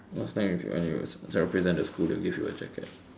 last time if you and you represent the school they'll give you a jacket